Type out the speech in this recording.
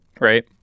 right